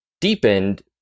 deepened